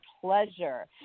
pleasure